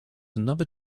another